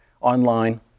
online